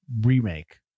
remake